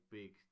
big